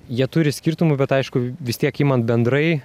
jie turi skirtumų bet aišku vis tiek imant bendrai